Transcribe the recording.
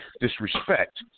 disrespect